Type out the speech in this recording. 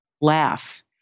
laugh